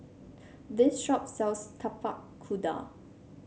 this shop sells Tapak Kuda